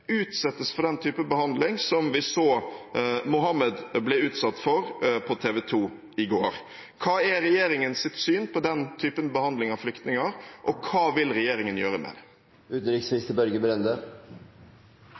utsettes for den typen behandling som vi så Mohammed ble utsatt for på TV 2 i går. Hva er regjeringens syn på den typen behandling av flyktninger, og hva vil regjeringen gjøre med